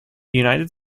united